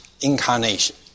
incarnation